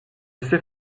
sait